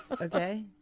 okay